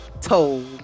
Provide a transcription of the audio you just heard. Told